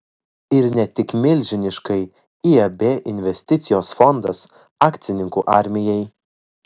ir ne tik milžiniškai iab investicijos fondas akcininkų armijai